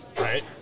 Right